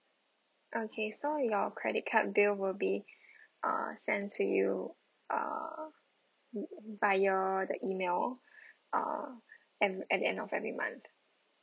okay so your credit card bill will be uh send to you ah via the email uh and at the end of every month